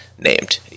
Named